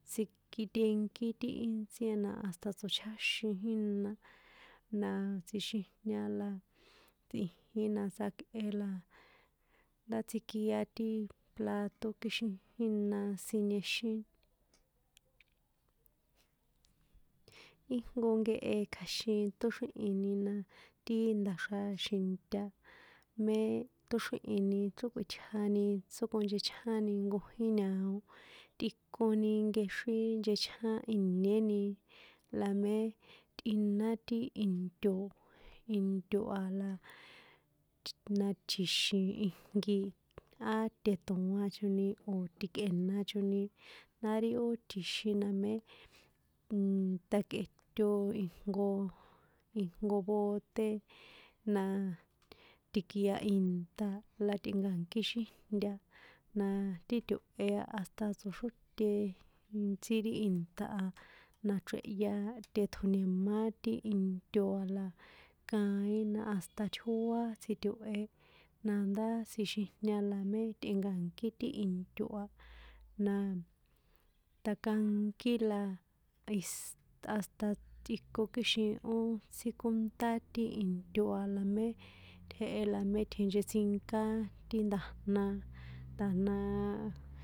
Tsikitenkí ti intsí a na hasta tsochjáxin jina, na tsjixijña na tsꞌijin la tsjakꞌe na ndá tsikia ti plato kixin jína siniexíni, íjnko nkehe kja̱xin ṭóxríhi̱ni na ti nda̱xra xinta mé ṭóxríhi̱ni chrókꞌuitjani tsókonchechjáni nkojín ña̱o tꞌikoni nkexrín nchechján iniéni la mé tꞌina ti into, into a la, na tji̱xi̱n ijnki á tꞌe̱ṭo̱an choni o̱ ti̱kꞌe̱na choni ndá ri ó tjixin namé ṭakꞌeto ijnko bote na, tikia ìnṭa̱ la tꞌe̱nka̱nkí xíjnta na títo̱he hasta tsoxróte intsí ri ìnṭa̱ a nchrehya teṭjo̱ni̱má ti into a la kaín na hasta tjóá tsito̱he, nandá tsjixijña na metꞌe̱nkankí ti into a na, ṭakankí la isé hasta tꞌikon kixin ó tsíkónṭa ti into a la mé jehe la mé tjenchetsínká ti nda̱jna, nda̱jna- a.